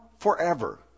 Forever